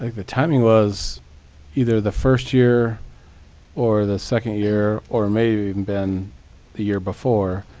like the timing was either the first year or the second year, or maybe even been the year before,